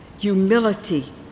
Humility